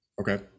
Okay